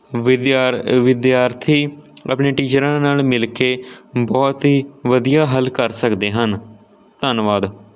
ਵਿਦਿਆਰ ਵਿਦਿਆਰਥੀ ਆਪਣੇ ਟੀਚਰਾਂ ਨਾਲ ਮਿਲ ਕੇ ਬਹੁਤ ਹੀ ਵਧੀਆ ਹੱਲ ਕਰ ਸਕਦੇ ਹਨ ਧੰਨਵਾਦ